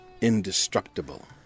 indestructible